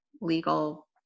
legal